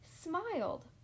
smiled